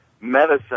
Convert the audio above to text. medicine